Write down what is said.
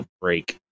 break